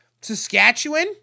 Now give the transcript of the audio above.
Saskatchewan